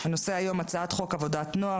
הנושא היום הוא הצעת חוק עבודת נוער